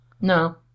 No